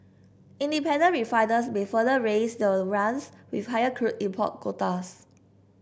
independent refiners may further raise their runs with higher crude import quotas